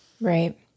Right